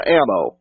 ammo